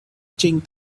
trinh